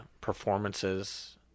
performances